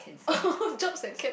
oh drugs and cancer